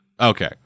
Okay